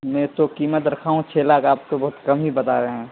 میں تو قیمت رکھا ہوں چھ لاکھ آپ تو بہت کم ہی بتا رہے ہیں